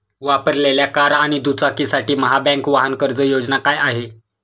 वापरलेल्या कार आणि दुचाकीसाठी महाबँक वाहन कर्ज योजना काय आहे?